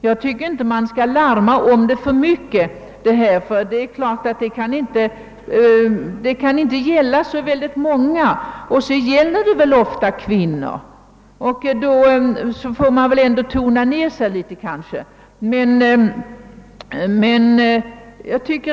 Jag tycker inte att man skall göra alltför stort larm om denna sak, ty den gäller inte så många. Dessutom gäller det oftast kvinnor, och man får väl kanske då tona ned det hela något.